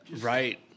Right